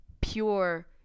pure